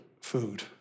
food